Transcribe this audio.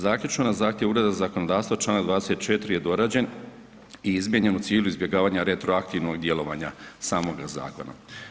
Zaključno na zahtjev Ureda za zakonodavstvo čl. 24. je dorađen i izmijenjen u cilju izbjegavanja retroaktivnog djelovanja samoga zakona.